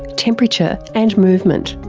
temperature, and movement.